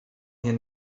here